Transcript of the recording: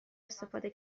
استفاده